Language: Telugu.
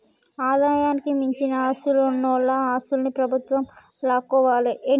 ఆదాయానికి మించిన ఆస్తులున్నోల ఆస్తుల్ని ప్రభుత్వం లాక్కోవాలే